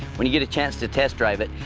when you get a chance to test drive it,